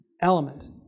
element